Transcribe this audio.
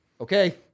okay